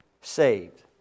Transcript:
saved